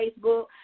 Facebook